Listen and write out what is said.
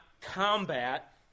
combat